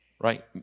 Right